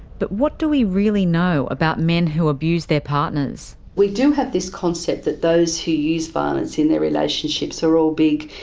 but what do we really know about men who abuse their partners? we do have this concept that those who use violence in their relationships are all big,